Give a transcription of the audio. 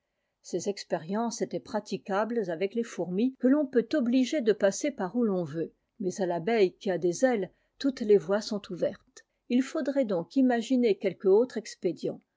ces expériences étaient praticables avec les fourmis que ton peut obliger de passer par où l'on veut mais à l'abeille qui a des ailes toutes les voies sont ouvertes il faudrait donc imaginer quelque autre expédient